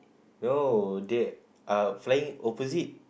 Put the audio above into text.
no they are flying opposite